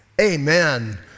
amen